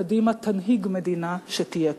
קדימה תנהיג מדינה שתהיה כזאת.